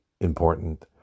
important